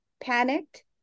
panicked